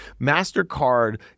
MasterCard